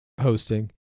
hosting